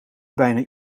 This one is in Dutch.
bijna